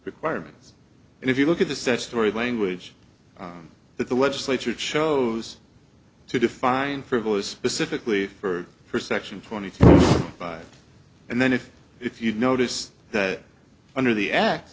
requirements and if you look at the statutory language that the legislature chose to define frivolous specifically for her section twenty five and then if if you notice that under the act